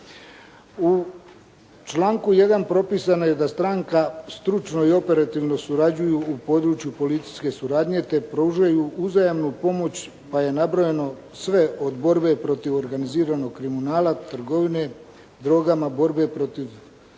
U članku 1. propisano je da stranke stručno i operativno surađuju u području policijske suradnje te pružaju uzajamnu pomoć pa je nabrojeno sve od borbe protiv organiziranog kriminala, trgovine drogama, borbe protiv